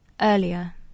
earlier